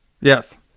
Yes